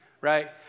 right